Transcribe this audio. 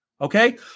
Okay